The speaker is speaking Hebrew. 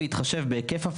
בהתחשב בהיקף,